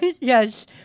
yes